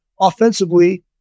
offensively